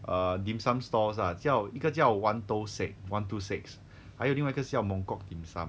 err dim sum stalls ah 叫一个叫 wan tou sek one two six 还有另外一个叫 mongkok dim sum